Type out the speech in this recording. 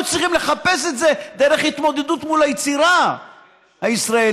צריכים לחפש את זה דרך התמודדות מול היצירה הישראלית,